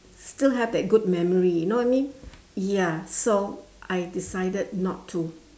still have that good memory you know what I mean ya so I decided not to